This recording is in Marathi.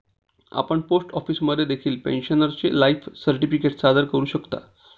आपण पोस्ट ऑफिसमध्ये देखील पेन्शनरचे लाईफ सर्टिफिकेट सादर करू शकता